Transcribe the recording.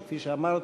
וכפי שאמרתי,